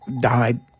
died